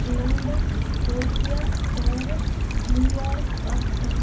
London Tokyo Paris New York آسکا